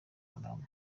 haram